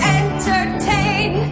entertain